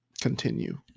continue